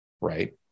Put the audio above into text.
right